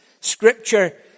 Scripture